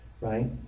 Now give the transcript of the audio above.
right